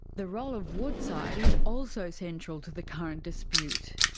the role of woodside is also central to the current dispute.